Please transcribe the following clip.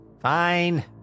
fine